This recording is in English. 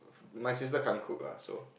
my sister can't cook ah so